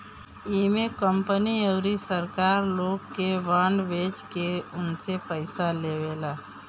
इमे कंपनी अउरी सरकार लोग के बांड बेच के उनसे पईसा लेवेला